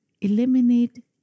eliminate